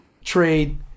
Trade